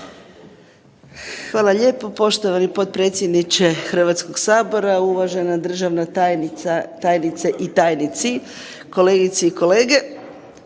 Hvala lijepo poštovani potpredsjedniče Hrvatskog sabora. Uvažena državna tajnice i tajnici, kolegice i kolege